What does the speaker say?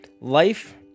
life